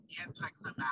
anticlimactic